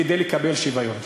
כדי לקבל שוויון,